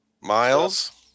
Miles